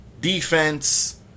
Defense